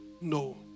No